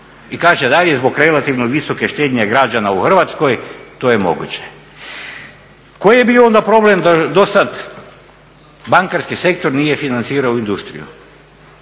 I kaže dalje: "Zbog relativno visoke štednje građana u Hrvatskoj to je moguće." Koji je bio onda problem do sad bankarski sektor nije financirao industriju?